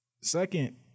Second